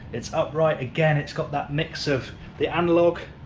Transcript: it's upright again, it's got that mix of the analog